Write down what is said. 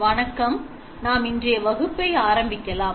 வணக்கம் நாம் இன்றைய வகுப்பை ஆரம்பிக்கலாம்